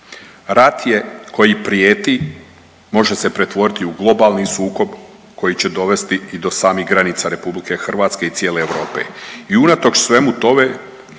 Rat je koji prijeti, može se pretvoriti u globalni sukob koji će dovesti i do samih granica RH i cijele Europe. I unatoč svemu tome,